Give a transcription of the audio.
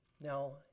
Now